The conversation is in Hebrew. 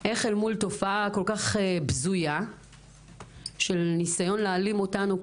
איך אל מול תופעה כל-כך בזויה של ניסיון להעלים אותנו,